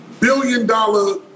billion-dollar